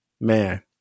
man